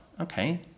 Okay